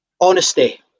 Honesty